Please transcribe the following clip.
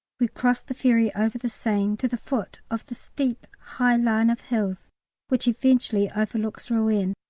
we crossed the ferry over the seine to the foot of the steep high line of hills which eventually overlooks rouen,